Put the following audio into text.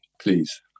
please